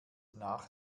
nach